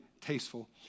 tasteful